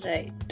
Right